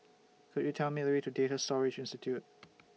Could YOU Tell Me The Way to Data Storage Institute